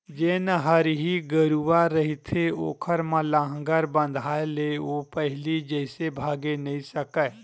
जेन हरही गरूवा रहिथे ओखर म लांहगर बंधाय ले ओ पहिली जइसे भागे नइ सकय